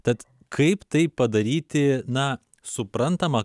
tad kaip tai padaryti na suprantama